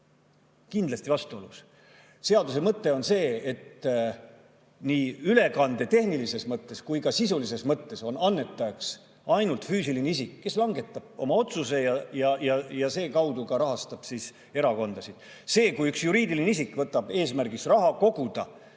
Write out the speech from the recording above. Kindlasti vastuolus! Seaduse mõte on see, et nii ülekande tehnilises mõttes kui ka sisulises mõttes on annetajaks ainult füüsiline isik, kes langetab oma otsuse ja rahastab erakondasid. See, kui üks juriidiline isik võtab eesmärgiks raha koguda,